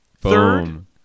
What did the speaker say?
Third